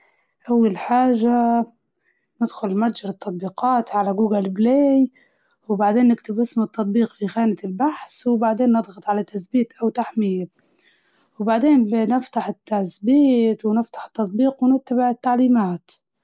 أول شي بتفتح متجر التطبيقات على هاتفك سواء كان جوجل بلاي أو أبل ستور، بعدين تبحث عن البرنامج اللي تبيه باستخدام شريط البحث، ولما تطلع ليك النتيجة إضغط على تثبيت أو تحميل، وإستنى لغاية ما ينتهي التحميل ، بعدين إفتح البرنامج واستخدمه.